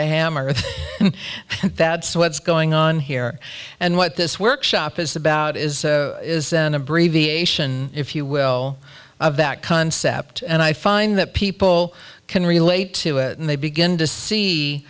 a hammer and that's what's going on here and what this workshop is about is is an abbreviation if you will of that concept and i find that people can relate to it and they begin to see